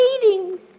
greetings